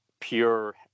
pure